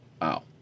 Wow